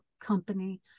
company